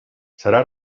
serà